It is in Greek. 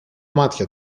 μάτια